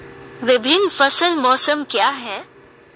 विभिन्न फसल मौसम क्या हैं?